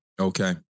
Okay